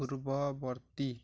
ପୂର୍ବବର୍ତ୍ତୀ